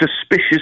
suspicious